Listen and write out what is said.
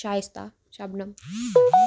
شایِستہ شَبنَم